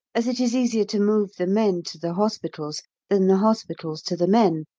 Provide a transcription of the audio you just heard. as it is easier to move the men to the hospitals than the hospitals to the men,